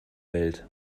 welt